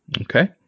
Okay